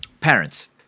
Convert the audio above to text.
parents